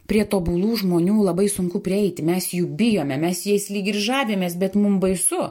prie tobulų žmonių labai sunku prieiti mes jų bijome mes jais lyg ir žavimės bet mum baisu